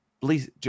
Please